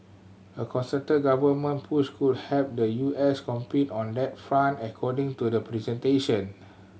a concerted government push could help the U S compete on that front according to the presentation